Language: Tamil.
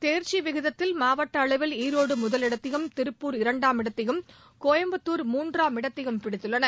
தேர்ச்சி விகிதத்தில் மாவட்ட அளவில் ஈரோடு முதலிடத்தையும் திருப்பூர் இரண்டாம் இடத்தையும் கோயம்புத்தார் மூன்றாமிடத்தையும் பிடித்துள்ளன